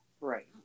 right